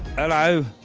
hello.